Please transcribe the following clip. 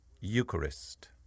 Eucharist